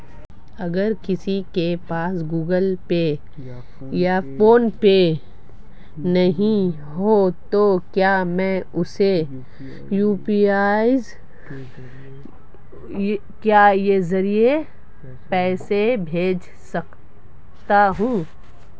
अगर किसी के पास गूगल पे या फोनपे नहीं है तो क्या मैं उसे यू.पी.आई के ज़रिए पैसे भेज सकता हूं?